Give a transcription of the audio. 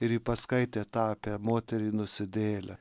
ir ji paskaitė tą apie moterį nusidėjėlę